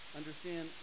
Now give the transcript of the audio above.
understand